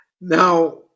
Now